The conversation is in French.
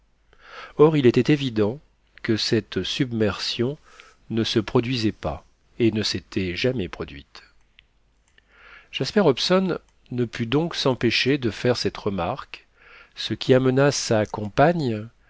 or il était évident que cette submersion ne se produisait pas et ne s'était jamais produite jasper hobson ne put donc s'empêcher de faire cette remarque ce qui amena sa compagne